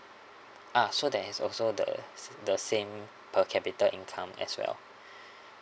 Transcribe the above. ah so that is also the the same per capita income as well